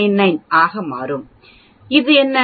9999 ஆக இருக்கும் அது என்ன